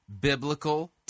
biblical